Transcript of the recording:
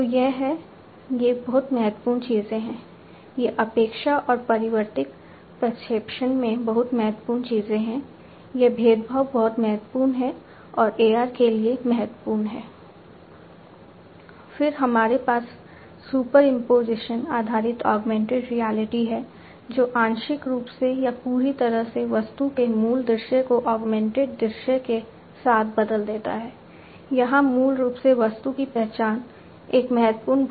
तो यह है ये बहुत महत्वपूर्ण चीजें हैं ये अपेक्षा और परिवर्तित प्रक्षेपण में बहुत महत्वपूर्ण चीजें हैं यह भेदभाव बहुत महत्वपूर्ण है और AR के लिए महत्वपूर्ण है